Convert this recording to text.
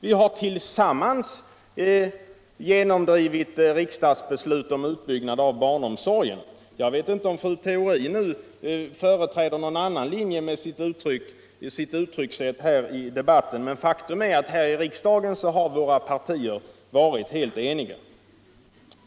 Vi har tillsammans genomdrivit riksdagsbeslut om utbyggnad av barnomsorgen. Jag vet inte om fru Theorins sätt att uttrycka sig i denna debatt innebär att hon nu företräder någon annan linje, men faktum är att våra partier här i riksdagen varit helt eniga.